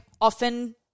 often